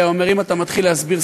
היה אומר: אם אתה מתחיל להסביר,